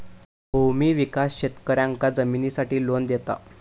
भूमि विकास शेतकऱ्यांका जमिनीसाठी लोन देता